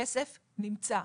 הכסף נמצא.